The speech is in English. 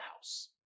house